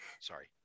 sorry